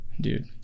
dude